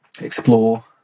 explore